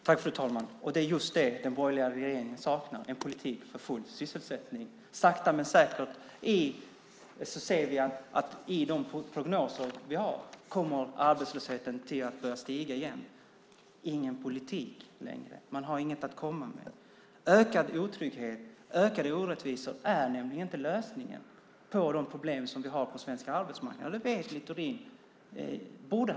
Fru talman! Det är just det den borgerliga regeringen saknar: en politik för full sysselsättning. Enligt prognoserna kommer arbetslösheten att börja stiga igen, sakta men säkert. Man har ingen politik att komma med längre. Ökad otrygghet och ökade orättvisor är nämligen inte lösningen på de problem vi har på svensk arbetsmarknad. Det borde Littorin veta.